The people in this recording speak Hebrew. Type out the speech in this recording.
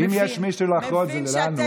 אם יש מישהו לחרוד זה אנחנו.